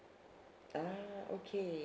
ah okay